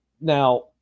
now